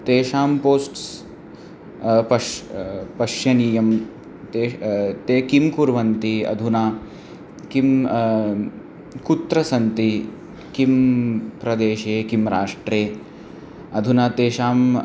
तेषां पोस्ट्स् पश् दर्शनीयं तेषां ते किं कुर्वन्ति अधुना किं कुत्र सन्ति किं प्रदेशे किं राष्ट्रे अधुना तेषां